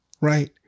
right